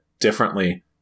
differently